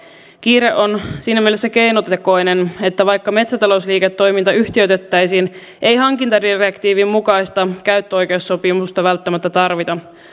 kiire on siinä mielessä keinotekoinen että vaikka metsätalousliiketoiminta yhtiöitettäisiin ei hankintadirektiivin mukaista käyttöoikeussopimusta välttämättä tarvita